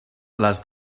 les